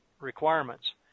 requirements